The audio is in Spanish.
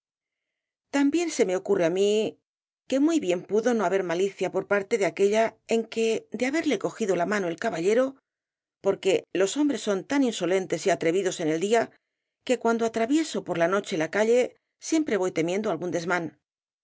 también se me ocurre á mí que muy bien pudo no haber malicia por parte de ella en aquello de ha t ó rosalía de castro berle cogido la mano el caballero porque los hombres son tan insolentes y atrevidos en el día que cuando atravieso por la noche la calle siempre voy temiendo algún desmán